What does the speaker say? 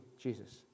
Jesus